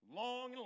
long